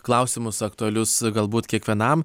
klausimus aktualius galbūt kiekvienam